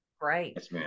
great